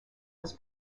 was